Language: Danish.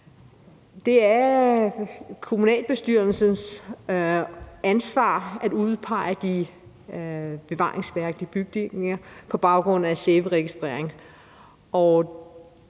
Det er kommunalbestyrelsens ansvar at udpege de bevaringsværdige bygninger på baggrund af SAVE-registrering.